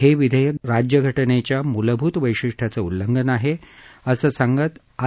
हे विधेयक राज्यघटनेच्या मूलभूत वैशिष्ट्याचं उल्लंघन आहे असं सांगत आर